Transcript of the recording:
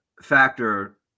factor